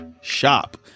shop